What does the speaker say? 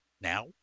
Now